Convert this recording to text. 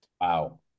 wow